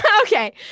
Okay